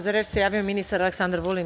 Za reč se javio ministar Aleksandar Vulin.